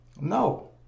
No